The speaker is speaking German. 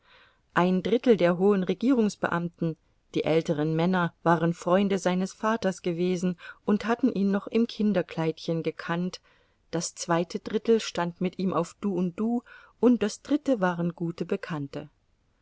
ein drittel der hohen regierungsbeamten die älteren männer waren freunde seines vaters gewesen und hatten ihn noch im kinderkleidchen gekannt das zweite drittel stand mit ihm auf du und du und das dritte waren gute bekannte